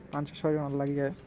ପାଞ୍ଚ ଛଅ ଜଣ ଲାଗିଯାଏ